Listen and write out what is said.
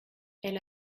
elle